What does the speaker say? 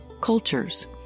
cultures